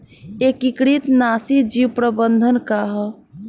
एकीकृत नाशी जीव प्रबंधन का ह?